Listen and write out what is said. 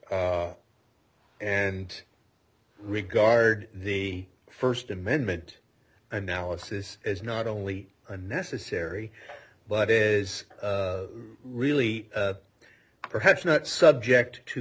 law and regard the first amendment analysis as not only unnecessary but is really perhaps not subject to